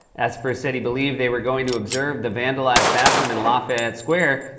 esper said, he believed they were going to observe the vandalized bathroom in lafayette square.